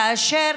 כאשר